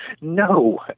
No